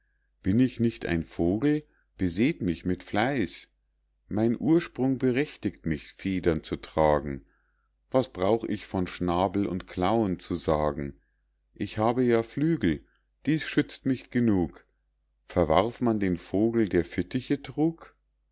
bin ich nicht ein vogel beseht mich mit fleiß mein ursprung berechtigt mich federn zu tragen was brauch ich von schnabel und klauen zu sagen ich habe ja flügel dies schützt mich genug verwarf man den vogel der fittiche trug